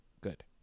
good